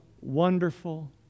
wonderful